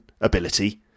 ability